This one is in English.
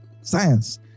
science